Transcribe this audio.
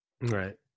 Right